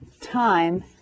time